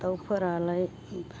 दाउफोरालाय